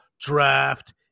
Draft